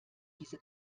diese